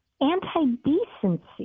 anti-decency